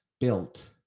built